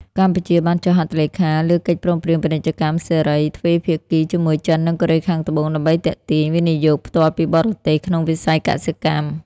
កម្ពុជាបានចុះហត្ថលេខាលើកិច្ចព្រមព្រៀងពាណិជ្ជកម្មសេរីទ្វេភាគីជាមួយចិន និងកូរ៉េខាងត្បូង ដើម្បីទាក់ទាញ វិនិយោគផ្ទាល់ពីបរទេស ក្នុងវិស័យកសិកម្ម។